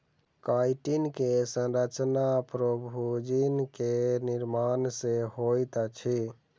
chitin के संरचना प्रोभूजिन के निर्माण सॅ होइत अछि